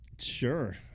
Sure